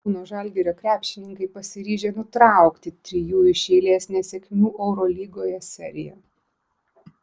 kauno žalgirio krepšininkai pasiryžę nutraukti trijų iš eilės nesėkmių eurolygoje seriją